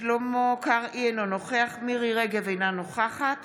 שלמה קרעי, אינו נוכח מירי מרים רגב, אינה נוכחת